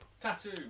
Tattoo